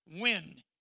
win